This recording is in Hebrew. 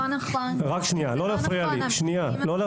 לא נכון, זה גם וגם.